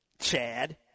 Chad